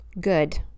Good